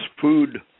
food